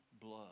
blood